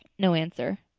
no answer.